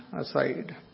aside